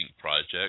Project